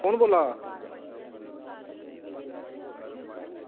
कुन्न बोल्ला दा